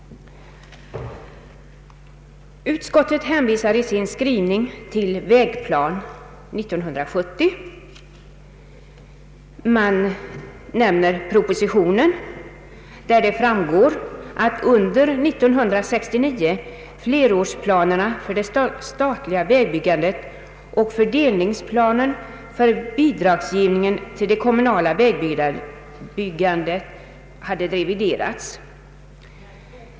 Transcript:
Utskottet hänvisar i sin skrivning till Vägplan 70 och till propositionen, varav framgår att under 1969 flerårsplanerna för det statliga vägbyggandet och fördelningsplanen för bidragsgivningen till det kommunala vägbyggandet har reviderats.